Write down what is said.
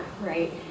right